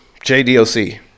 JDOC